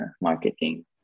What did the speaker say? marketing